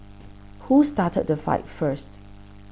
who started the fight first